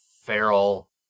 feral